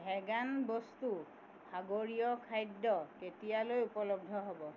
vegan বস্তু সাগৰীয় খাদ্য কেতিয়ালৈ উপলব্ধ হ'ব